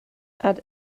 add